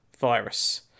virus